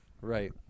right